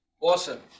Awesome